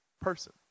person